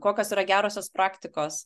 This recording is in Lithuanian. kokios yra gerosios praktikos